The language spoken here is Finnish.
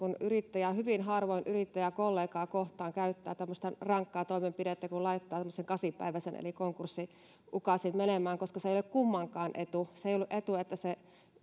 yrittäjä hyvin harvoin yrittäjäkollegaa kohtaa käyttää tämmöistä rankkaa toimenpidettä että laittaa tämmöisen kasipäiväisen eli konkurssiukaasin menemään koska se ei ole kummankaan etu se ei ole etu että se